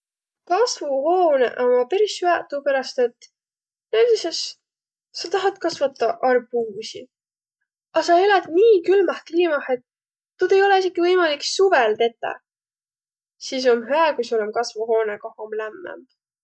Kasvuhoonõq ommaq peris hüäq tuuperäst, et näütüses sa tahat kasvataq arbuusi, a sa elät nii külmäh kliimah, et tuud ei olõq esiki võimaik suvõl tetäq. Sis om hüä, kui sul om kasvuhoonõq, koh om lämmämb.